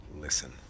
listen